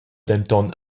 denton